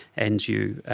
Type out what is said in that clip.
and you